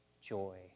joy